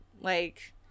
Like-